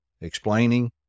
explaining